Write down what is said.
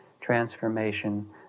transformation